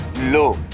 no.